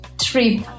trip